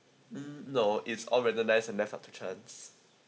mm no it's all randomize and left up the chance